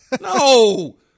No